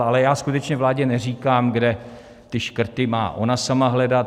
Ale já skutečně vládě neříkám, kde ty škrty má ona sama hledat.